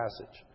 passage